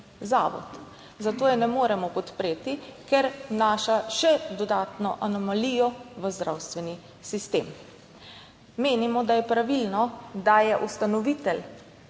Zato je ne moremo podpreti, ker vnaša še dodatno anomalijo v zdravstveni sistem. Menimo, da je pravilno, da je ustanovitelj